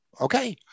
Okay